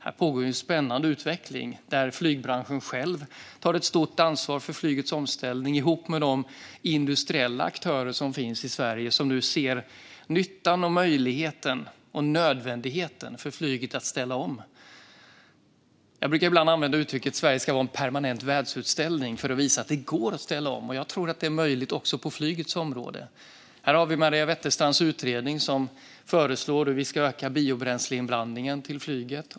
Här pågår en spännande utveckling där flygbranschen själv tar ett stort ansvar för flygets omställning ihop med de industriella aktörer som finns i Sverige och som nu ser nyttan, möjligheten och nödvändigheten för flyget att ställa om. Jag brukar ibland använda uttrycket att Sverige ska vara en permanent världsutställning för att visa att det går att ställa om, och jag tror att det är möjligt också på flygets område. Här har vi Maria Wetterstrands utredning, som föreslår hur vi ska öka biobränsleinblandningen till flyget.